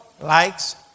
likes